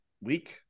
week